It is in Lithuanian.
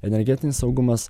energetinis saugumas